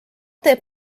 teeb